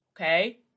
okay